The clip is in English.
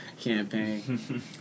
campaign